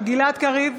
גלעד קריב,